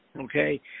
okay